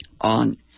on